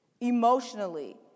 emotionally